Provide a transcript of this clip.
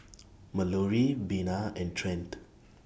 Malorie Bina and Trent